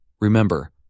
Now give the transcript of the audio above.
Remember